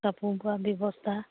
কাপোৰ বোৱা ব্যৱস্থা